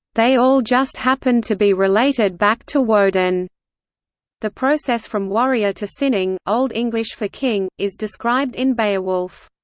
they all just happened to be related back to woden the process from warrior to cyning old english for king is described in beowulf